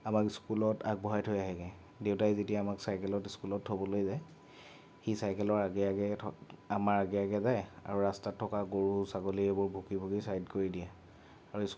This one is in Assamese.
আমাক স্কুলত আগবঢ়াই থৈ আহেগৈ দেউতাই যেতিয়া আমাক স্কুলত থবলৈ যায় সি চাইকেলৰ আগে আগে থ আমাৰ আগে আগে যায় আৰু ৰাস্তাত থকা গৰু ছাগলী আদি এইবোৰ ভুকি ভুকি ছাইড কৰি দিয়ে